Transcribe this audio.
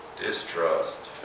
Distrust